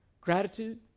Gratitude